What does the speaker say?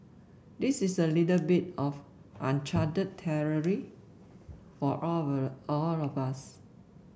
this is a little bit of uncharted territory for all of all of us